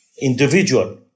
individual